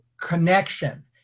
connection